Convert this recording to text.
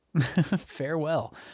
Farewell